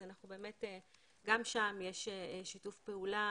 גם שם יש שיתוף פעולה.